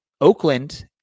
Oakland